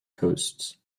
coasts